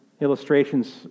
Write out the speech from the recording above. illustrations